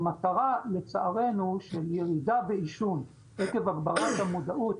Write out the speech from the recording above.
המטרה של ירידה בעישון עקב הגברת המודעות,